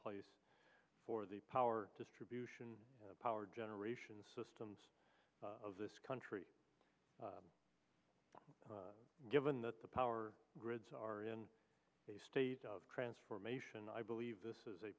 place for the power distribution power generation systems of this country given that the power grids are in a state of transformation i believe this is a